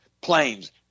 planes